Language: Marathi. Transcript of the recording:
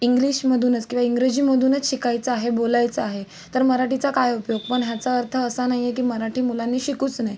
इंग्लिशमधूनच किंवा इंग्रजीमधूनच शिकायचं आहे बोलायचं आहे तर मराठीचा काय उपयोग पण ह्याचा अर्थ असा नाही आहे की मराठी मुलांनी शिकूच नये